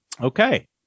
Okay